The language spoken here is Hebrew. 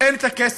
ואין את הכסף